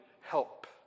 help